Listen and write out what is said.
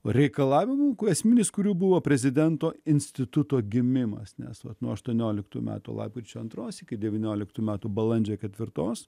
reikalavimų esminis kurių buvo prezidento instituto gimimas nes nuo aštuonioliktų metų lapkričio antros iki devynioliktų metų balandžio ketvirtos